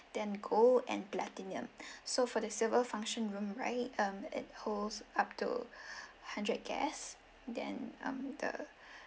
then gold and platinum so for the silver function room right um it holds up to hundred guests then um the